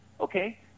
okay